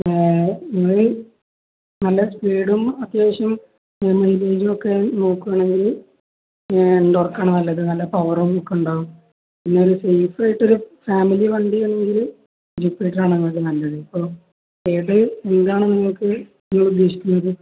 E നല്ല സ്പീഡും അത്യാവശ്യം മെൻചേഞ്ജും ഒക്കെ നോക്കുവാണെങ്കില് എർക്കാണ് നല്ലത് നല്ല പവറും ഒക്കെ ഉണ്ടാവും പിന്നെൊരു സേഫായിയിട്ടൊരു ഫാമിലി വണ്ടി ആണെങ്കില് ജ്യൂപ്പിറ്ററ ആണക്ക് നല്ലത് ഇപ്പോൊ ഏത് എന്താണ് നിങ്ങക്ക് നിങ്ങളുദ്ദേശിക്കുന്നത്